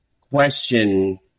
question